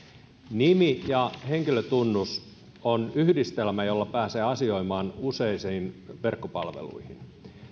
nimi ja henkilötunnus on yhdistelmä jolla pääsee asioimaan useisiin verkkopalveluihin